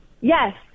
Yes